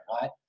right